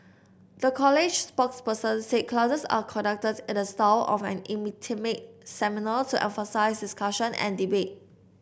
the college's spokesperson said classes are conducted in the style of an intimate seminar to emphasise discussion and debate